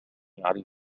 يعرف